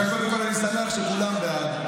לכן אני קודם כול שמח שכולם בעד.